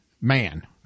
man